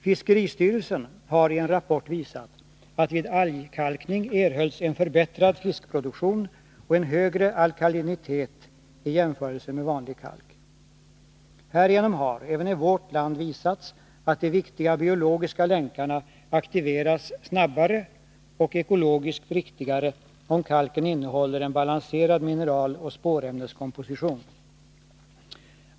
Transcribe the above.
Fiskeristyrelsen har i en rapport visat att vid algkalkning erhålls en förbättrad fiskproduktion och en högre alkalinitet i jämförelse med vanlig kalk. Härigenom har — även i vårt land — visats att de viktiga biologiska länkarna aktiveras snabbare och ekologiskt riktigare, om kalken innehåller en balanserad mineraloch spårämneskomposition.